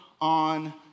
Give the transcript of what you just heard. on